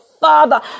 Father